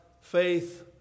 faith